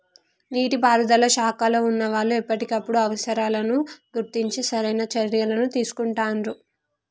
నీటి పారుదల శాఖలో వున్నా వాళ్లు ఎప్పటికప్పుడు అవసరాలను గుర్తించి సరైన చర్యలని తీసుకుంటాండ్రు